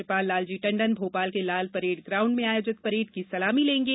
राज्यपाल लालजी टंडन भोपाल के लालपरेड ग्राउड में आयोजित परेड की सलामी लेंगे